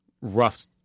rough